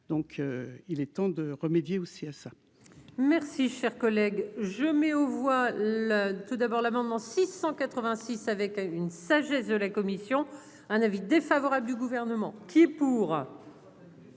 donc il est temps de remédier au CSA.